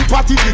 Party